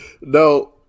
No